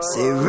Say